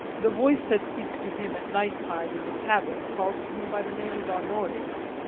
the voice that speaks to him at night time in the cavern calls to him by the name of honorius.